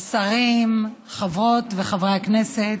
השרים, חברות וחברי הכנסת,